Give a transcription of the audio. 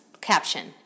caption